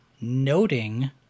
noting